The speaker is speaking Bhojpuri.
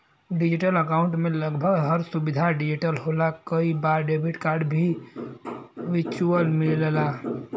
डिजिटल अकाउंट में लगभग हर सुविधा डिजिटल होला कई बार डेबिट कार्ड भी वर्चुअल मिलला